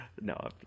No